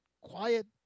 quiet